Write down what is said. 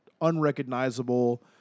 unrecognizable